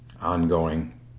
ongoing